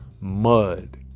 mud